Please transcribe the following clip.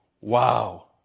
Wow